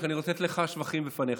כי אני רוצה לתת לך שבחים בפניך.